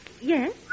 yes